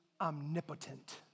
omnipotent